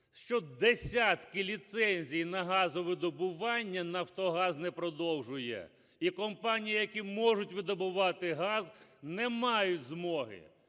що десятки ліцензій на газовидобування "Нафтогаз" не продовжує, і компанії, які можуть видобувати газ, не мають змоги?